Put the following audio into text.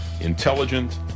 intelligent